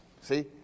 see